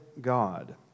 God